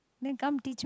then come teach me